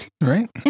Right